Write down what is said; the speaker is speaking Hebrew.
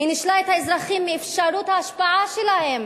היא נישלה את האזרחים מאפשרות ההשפעה שלהם.